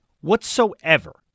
whatsoever